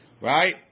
Right